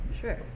Sure